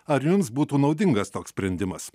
ar jums būtų naudingas toks sprendimas